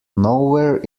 nowhere